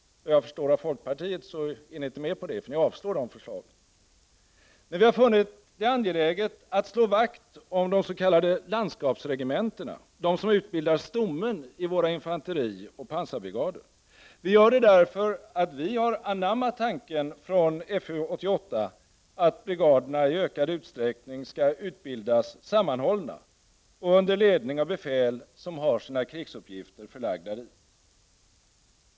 Vad jag förstår av folkpartiet är ni inte med på det, eftersom ni vill avslå de förslagen. Men vi har funnit det angeläget att slå vakt om de s.k. landskapsregementena, de som utbildar stommen i våra infanterioch pansarbrigader. Vi gör det därför att vi har anammat tanken från FU 88 att brigaderna i ökad utsträckning skall utbildas sammanhållna och under ledning av befäl som har sina krigsuppgifter förlagda dit.